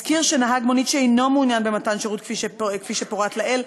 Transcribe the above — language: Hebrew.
אזכיר שנהג מונית שאינו מעוניין במתן שירות כפי שפורט לעיל,